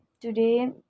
today